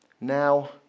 Now